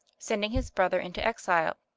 sending his brother into exile.